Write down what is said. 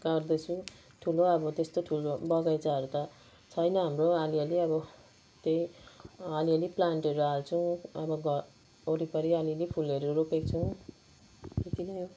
गर्दैछु ठुलो अब त्यस्तो ठुलो बगैँचाहरू त छैन हाम्रो अलि अलि अब त्यही अलि अलि प्लान्टहरू हाल्छौँ अब घरवरिपरि अलि अलि फुलहरू रोपेको छौँ यति नै हो